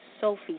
Sophie